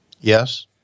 Yes